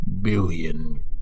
billion